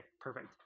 perfect